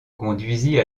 conduisit